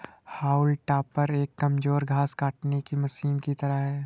हाउल टॉपर एक कमजोर घास काटने की मशीन की तरह है